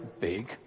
big